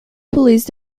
police